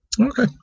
Okay